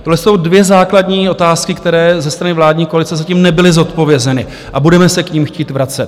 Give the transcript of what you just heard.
Tohle jsou dvě základní otázky, které ze strany vládní koalice zatím nebyly zodpovězeny, a budeme se k nim chtít vracet.